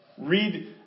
Read